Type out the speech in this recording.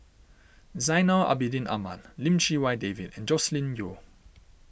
Zainal Abidin Ahmad Lim Chee Wai David and Joscelin Yeo